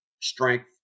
strength